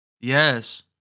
Yes